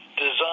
design